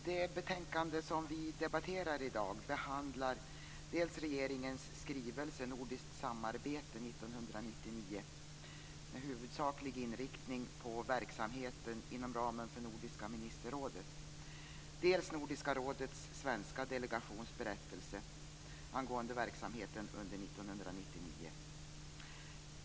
Fru talman! Det betänkande som vi debatterar i dag behandlar dels regeringens skrivelse Nordiskt samarbete 1999, med huvudsaklig inriktning på verksamheten inom ramen för Nordiska ministerrådet, dels Nordiska rådets svenska delegations berättelse angående verksamheten under 1999.